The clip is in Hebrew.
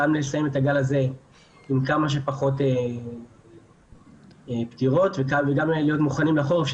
גם לסיים את הגל הזה עם כמה שפחות פטירות וגם להיות מוכנים לחורף,